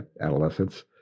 adolescence